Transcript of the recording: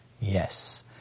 Yes